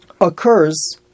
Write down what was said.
occurs